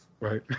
Right